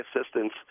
assistance